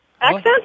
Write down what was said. Accent